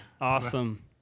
awesome